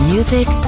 Music